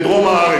בדרום הארץ.